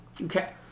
Okay